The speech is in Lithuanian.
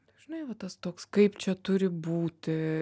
dažnai va tas toks kaip čia turi būti